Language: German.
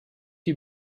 die